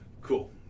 Cool